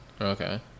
Okay